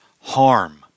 harm